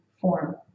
form